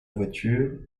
voiture